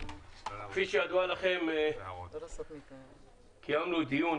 כפי שידוע לכם קיימנו דיון